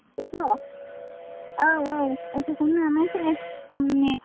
auto औ औ अट'खौनो लानोसै खमनि